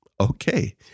okay